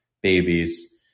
babies